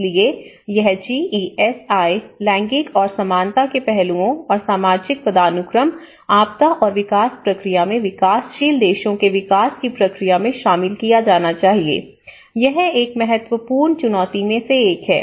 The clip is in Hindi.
इसलिए यह जी ई एस आई लैंगिक और समानता के पहलुओं और सामाजिक पदानुक्रम आपदा और विकास प्रक्रिया में विकासशील देशों के विकास की प्रक्रिया में शामिल किया जाना चाहिए यह एक महत्वपूर्ण चुनौती में से एक है